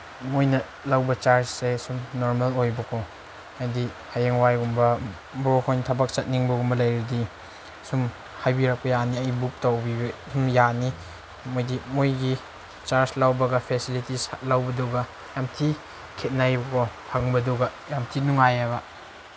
ꯃꯣꯏꯅ ꯂꯧꯕ ꯆꯥꯔꯖꯁꯦ ꯁꯨꯝ ꯅꯣꯔꯃꯦꯜ ꯑꯣꯏꯕꯀꯣ ꯍꯥꯏꯗꯤ ꯍꯌꯦꯡꯋꯥꯏꯒꯨꯝꯕ ꯕ꯭ꯔꯣꯈꯣꯏꯅ ꯊꯕꯛ ꯆꯠꯅꯤꯡꯕꯒꯨꯝꯕ ꯂꯩꯔꯗꯤ ꯁꯨꯝ ꯍꯥꯏꯕꯤꯔꯛꯄ ꯌꯥꯅꯤ ꯑꯩ ꯕꯨꯛ ꯇꯧꯕꯤꯕ ꯑꯗꯨꯝ ꯌꯥꯅꯤ ꯃꯣꯏꯗꯤ ꯃꯣꯏꯒꯤ ꯆꯥꯔꯖ ꯂꯧꯕꯒ ꯐꯦꯁꯤꯂꯤꯇꯤꯁ ꯂꯧꯕꯗꯨꯒ ꯌꯥꯝ ꯊꯤ ꯈꯦꯠꯅꯩꯕꯀꯣ ꯐꯪꯕꯗꯨꯒ ꯌꯥꯝ ꯊꯤ ꯅꯨꯡꯉꯥꯏꯑꯕ